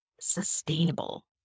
sustainable